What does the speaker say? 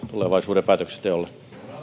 tulevaisuuden päätöksenteolle